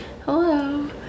Hello